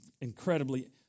incredibly